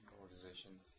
organization